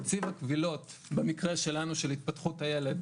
נציב הקבילות במקרה שלנו של התפתחות הילד,